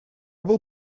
был